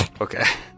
Okay